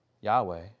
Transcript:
Yahweh